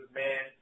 man